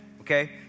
Okay